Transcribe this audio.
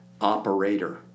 Operator